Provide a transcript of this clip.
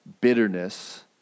bitterness